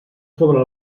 sobre